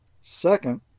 Second